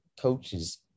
coaches